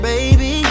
Baby